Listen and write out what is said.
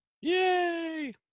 yay